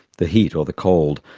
the heat or the cold,